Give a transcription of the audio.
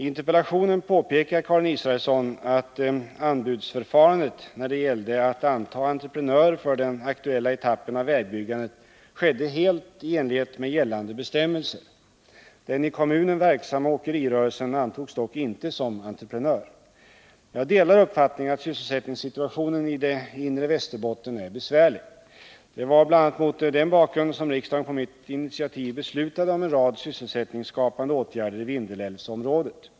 I interpellationen påpekar Karin Israelsson att anbudsförfarandet när det gällde att anta entreprenör för den aktuella etappen av vägbyggandet skedde helt i enlighet med gällande bestämmelser. Den i kommunen verksamma åkerirörelsen antogs dock inte som entrepremör. Jag delar uppfattningen att sysselsättningssituationen i det inre Västerbotten är besvärlig. Det var bl.a. mot den bakgrynden som riksdagen, på mitt initiativ, beslutade om en rad sysselsättningsskapande åtgärder i Vindelälvsområdet.